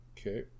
Okay